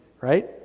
right